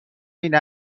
این